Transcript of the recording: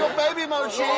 baby mochy!